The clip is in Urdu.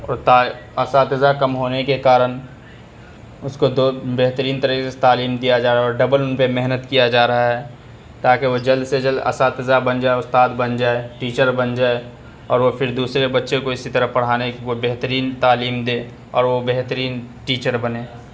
اور اساتذہ کم ہونے کے کارن اس کو دو بہترین طریقے سے تعلیم دیا جا رہا ہے اور ڈبل ان پہ محنت کیا جا رہا ہے تاکہ وہ جلد سے جلد اساتذہ بن جائے استاد بن جائے ٹیچر بن جائے اور وہ پھر دوسرے بچے کو اسی طرح پڑھانے کی بہترین تعلیم دے اور وہ بہترین ٹیچر بنے